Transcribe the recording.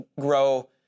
grow